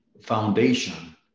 foundation